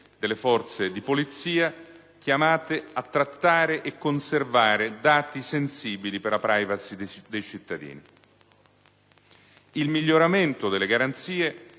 delle forze di polizia, chiamate a trattare e conservare dati sensibili per la *privacy* dei cittadini. Il miglioramento delle garanzie